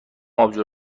آبجو